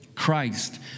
Christ